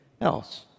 else